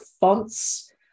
fonts